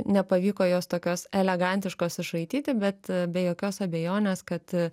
nepavyko jos tokios elegantiškos išraityti bet be jokios abejonės kad